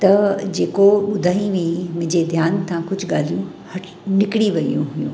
त जेको ॿुधाइ हुई मुंहिंजे ध्यानु तां कुझु ॻाल्हियूं ह निकिरी वियूं हुइयूं